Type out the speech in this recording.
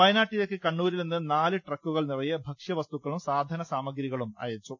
വയനാട്ടിലേക്ക് കണ്ണൂരിൽ നിന്ന് നാല് ട്രക്കുകൾ നിറയെ ഭക്ഷ്യവ സ്തുക്കളും സാധന സാമഗ്രികളും അയച്ചു